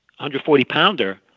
140-pounder